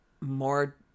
more